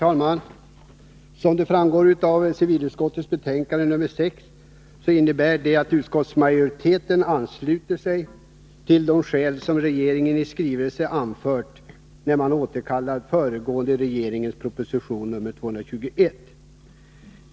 Herr talman! Som framgår av civilutskottets betänkande nr 6 ansluter sig utskottsmajoritetén till de skäl som regeringen i skrivelse anförde när den återkallade den föregående regeringens proposition 221.